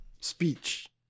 speech